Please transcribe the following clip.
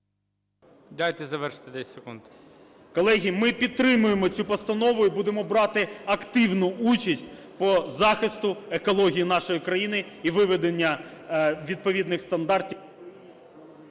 Дайте завершити 10 секунд. ІВЧЕНКО В.Є. Колеги, ми підтримуємо цю постанову і будемо брати активну участь по захисту екології нашої країни і виведення відповідних стандартів…